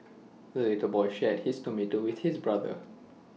the little boy shared his tomato with his brother